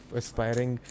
aspiring